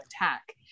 attack